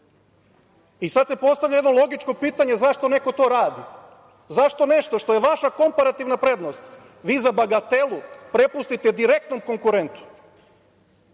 i sada se postavlja jedno logičko pitanje – zašto neko to radi? Zašto nešto što je vaše komparativna prednost vi za bagatelu prepustite direktno konkurentu?U